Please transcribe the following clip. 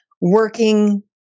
working